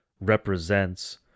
represents